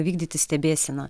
vykdyti stebėseną